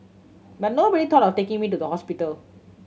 but nobody thought of taking me to the hospital